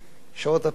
שעות הפעילות שם,